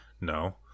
No